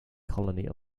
colony